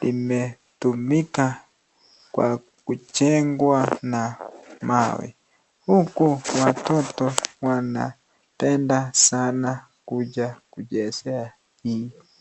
imetumika kwa kujengwa na mawe huku watoto wanapenda sana kuja kuchezea hii.